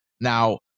Now